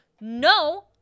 No